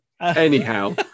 anyhow